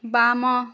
ବାମ